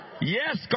Yes